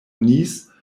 nice